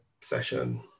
session